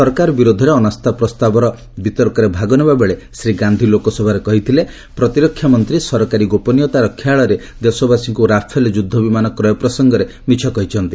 ସରକାର ବିରୋଧରେ ଅନାସ୍ଥା ପ୍ରସ୍ଥାବର ବତର୍କରେ ଭାଗ ନେବାବେଳେ ଶ୍ରୀ ଗାନ୍ଧୀ ଲୋକସଭାରେ କହିଥିଲେ ଯେ ପ୍ରତିରକ୍ଷା ମନ୍ତ୍ରୀ ସରକାରୀ ଗୋପନୀୟତା ରକ୍ଷା ଆଳରେ ଦେଶବାସୀଙ୍କୁ ରାଫେଲ ଯୁଦ୍ଧବିମାନ କ୍ରୟ ପ୍ରସଙ୍ଗରେ ମିଛ କହିଛନ୍ତି